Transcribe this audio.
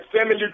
family